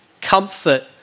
comfort